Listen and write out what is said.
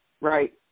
Right